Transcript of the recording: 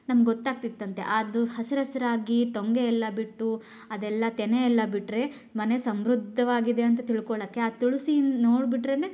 ನಮ್ಗೆ ಗೊತ್ತಾಗ್ತಿತ್ತಂತೆ ಅದು ಹಸಿರು ಹಸಿರಾಗಿ ಟೊಂಗೆ ಎಲ್ಲ ಬಿಟ್ಟು ಅದೆಲ್ಲ ತೆನೆ ಎಲ್ಲ ಬಿಟ್ಟರೆ ಮನೆ ಸಮೃದ್ಧವಾಗಿದೆ ಅಂತ ತಿಳ್ಕೊಳ್ಳೋಕೆ ಆ ತುಳಿಸಿ ನೋಡಿಬಿಟ್ರೆನೇ